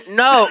no